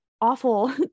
awful